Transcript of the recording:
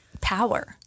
power